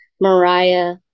Mariah